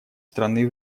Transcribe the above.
страны